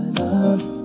love